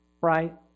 right